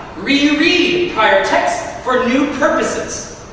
reread prior texts for new purposes.